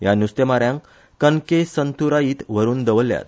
ह्या नुस्तेमार्यांक कनकेसंथुराईत व्हरुन दवरल्यात